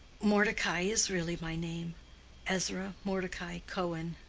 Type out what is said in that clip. mordecai is really my name ezra mordecai cohen.